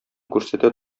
күрсәтә